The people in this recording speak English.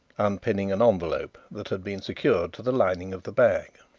unpinning an envelope that had been secured to the lining of the bag.